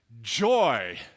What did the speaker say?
joy